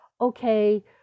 okay